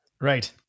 Right